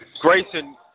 Grayson